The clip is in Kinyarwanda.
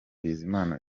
bizimana